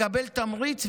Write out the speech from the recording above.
יקבל תמריץ,